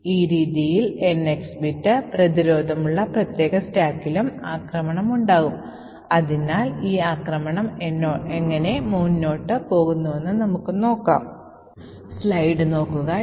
അതിനാൽ stack frame സൃഷ്ടിക്കുന്ന ഈ ചെറിയ ഫംഗ്ഷൻ നിങ്ങൾ നോക്കുകയാണെങ്കിൽ ഇത് സ്റ്റാക്ക് ഫ്രെയിം പോയിന്റർ EBP എന്നിവ ഇതിനോട് Corresponding ആയിട്ടുള്ള സ്റ്റാക്കിലേക്ക് തള്ളിവിടുന്നു